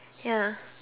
ya